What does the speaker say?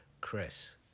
Chris